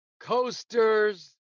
coasters